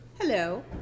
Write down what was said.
hello